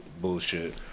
bullshit